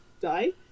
die